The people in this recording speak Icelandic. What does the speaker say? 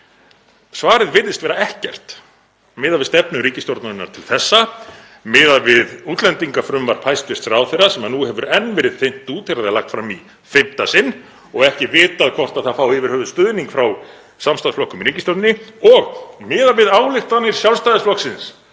Svarið virðist vera ekkert miðað við stefnu ríkisstjórnarinnar til þessa, miðað við útlendingafrumvarp hæstv. ráðherra, sem nú hefur enn verið þynnt út þegar það er lagt fram í fimmta sinn og ekki vitað hvort það fái yfir höfuð stuðning frá samstarfsflokkum í ríkisstjórninni, og miðað við ályktanir Sjálfstæðisflokksins